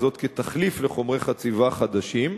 וזאת כתחליף לחומרי חציבה חדשים.